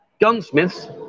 gunsmiths